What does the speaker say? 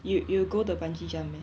you you go the bungee jump meh